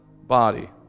body